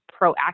proactive